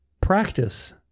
practice